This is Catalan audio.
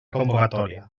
convocatòria